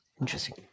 Interesting